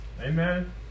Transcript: Amen